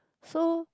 so